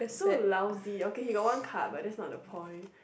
so lousy okay he got one card but there's not the point